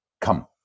Come